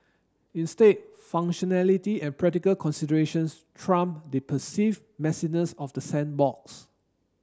instead functionality and practical considerations trump the perceived messiness of the sandbox